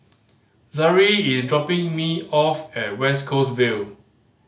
Zaire is dropping me off at West Coast Vale